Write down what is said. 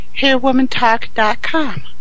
HairWomantalk.com